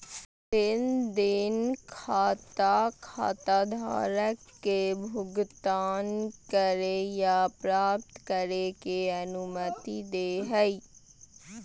लेन देन खाता खाताधारक के भुगतान करे या प्राप्त करे के अनुमति दे हइ